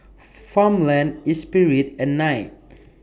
Farmland Espirit and Knight